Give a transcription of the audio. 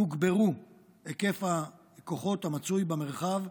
תוגבר היקף הכוחות המצוי במרחב,